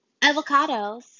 avocados